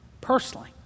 personally